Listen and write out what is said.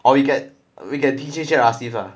or we get we get D_J jade rasif lah